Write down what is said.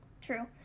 True